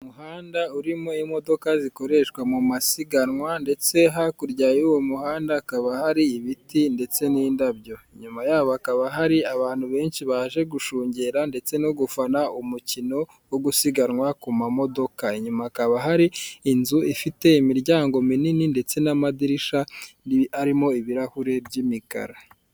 Urujya ni uruza rw'abantu bari kwamamaza umukandida mu matora y'umukuru w'igihugu bakaba barimo abagabo ndetse n'abagore, bakaba biganjemo abantu bambaye imyenda y'ibara ry'icyatsi, bari mu ma tente arimo amabara y'umweru, icyatsi n'umuhondo, bamwe bakaba bafite ibyapa biriho ifoto y'umugabo wambaye kositime byanditseho ngo tora, bakaba bacyikijwe n'ibiti byinshi ku musozi.